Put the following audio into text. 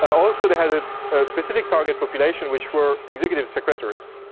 also, they had a specific target population which were executive secretaries.